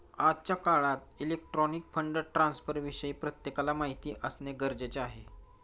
आजच्या काळात electronic fund ट्रान्स्फरविषयी प्रत्येकाला माहिती असणे गरजेचे आहे